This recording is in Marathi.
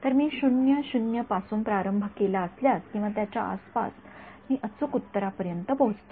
तर मी पासून प्रारंभ केला असल्यास किंवा त्याच्या आसपास मी अचूक उत्तरापर्यंत पोचतो